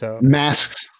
Masks